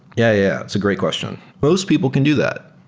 yeah yeah. it's a great question. most people can do that.